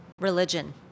Religion